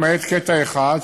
למעט קטע אחד,